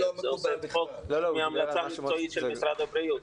זה רחוק מההמלצה המקצועית של משרד הבריאות.